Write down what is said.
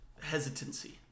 hesitancy